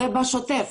זה בשוטף.